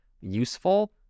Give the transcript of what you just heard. useful